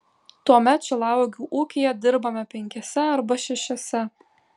tuomet šilauogių ūkyje dirbame penkiese arba šešiese